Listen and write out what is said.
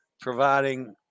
providing